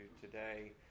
today